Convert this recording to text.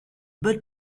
bonne